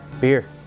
Beer